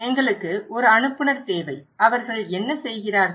எங்களுக்கு ஒரு அனுப்புநர் தேவை அவர்கள் என்ன செய்கிறார்கள்